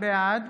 בעד